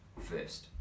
first